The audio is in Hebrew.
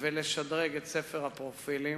ולשדרג את ספר הפרופילים,